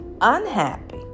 unhappy